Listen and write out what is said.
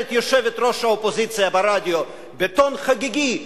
אומרת יושבת-ראש האופוזיציה ברדיו בטון חגיגי.